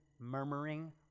murmuring